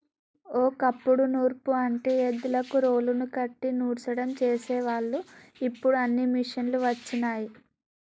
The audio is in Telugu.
ఓ కప్పుడు నూర్పు అంటే ఎద్దులకు రోలుని కట్టి నూర్సడం చేసేవాళ్ళు ఇప్పుడు అన్నీ మిషనులు వచ్చినయ్